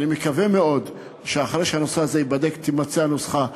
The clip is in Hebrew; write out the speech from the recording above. ואני מקווה מאוד שאחרי שהנושא הזה ייבדק תימצא הנוסחה.